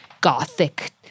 gothic